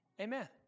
Amen